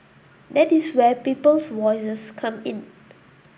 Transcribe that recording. that is where Peoples Voices comes in